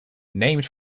named